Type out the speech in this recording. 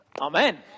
Amen